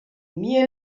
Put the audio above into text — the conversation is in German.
mir